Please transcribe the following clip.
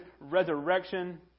resurrection